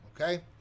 okay